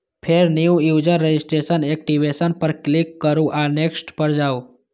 फेर new user registration, activation पर click करू आ नेक्स्ट पर जाउ